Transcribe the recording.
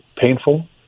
painful